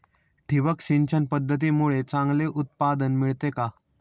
ठिबक सिंचन पद्धतीमुळे चांगले उत्पादन मिळते का?